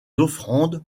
offrandes